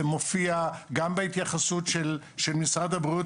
וזה מופיע גם בהתייחסות של משרד הבריאות,